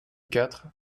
quatre